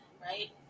right